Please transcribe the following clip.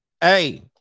Hey